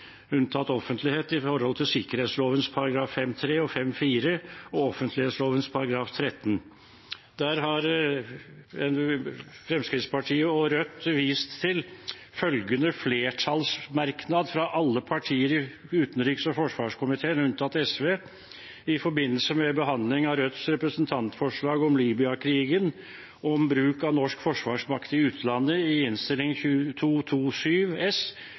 unntatt offentlighet i henhold til sikkerhetsloven §§ 5-3 og 5-4, jf. offentlighetsloven § 13. Der har Fremskrittspartiet og Rødt vist til en flertallsmerknad fra alle partier i utenriks- og forsvarskomiteen, unntatt SV, i forbindelse med behandlingen av Rødts representantforslag om Libya-krigen og om bruk av norsk forsvarsmakt i utlandet i